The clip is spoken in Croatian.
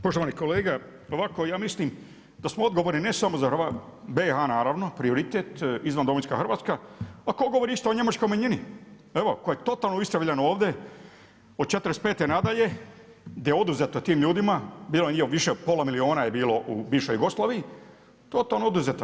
Poštovani kolega, ovako ja mislim da smo odgovorni ne samo za BiH, naravno, prioritet, izvan domovinska Hrvatska, a tko govori isto o njemačkoj manjini, evo koja je totalno istrebljena ovdje, od '45. nadalje, gdje je oduzeta tim ljudima, pola milijuna je bilo u bivšoj Jugoslaviji, totalno oduzeta.